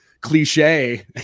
cliche